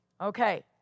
Okay